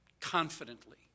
confidently